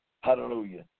Hallelujah